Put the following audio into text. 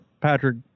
Patrick